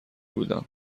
بودم